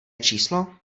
číslo